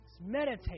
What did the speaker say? Meditate